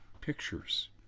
pictures